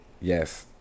Yes